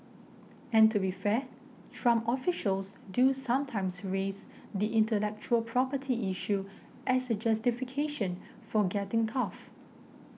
and to be fair Trump officials do sometimes raise the intellectual property issue as a justification for getting tough